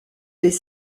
des